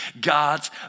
God's